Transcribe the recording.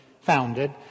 founded